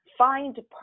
find